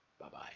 Bye-bye